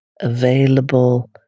available